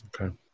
Okay